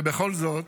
ובכל זאת,